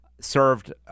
served